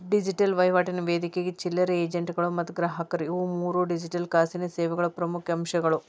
digital ವಹಿವಾಟಿನ ವೇದಿಕೆ ಚಿಲ್ಲರೆ ಏಜೆಂಟ್ಗಳು ಮತ್ತ ಗ್ರಾಹಕರು ಇವು ಮೂರೂ ಡಿಜಿಟಲ್ ಹಣಕಾಸಿನ್ ಸೇವೆಗಳ ಪ್ರಮುಖ್ ಅಂಶಗಳು